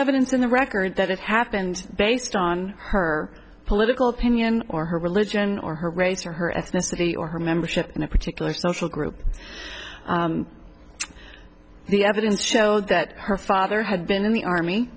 evidence in the record that it happened based on her political opinion or her religion or her race or her ethnicity or her membership in a particular social group the evidence showed that her father had been in the army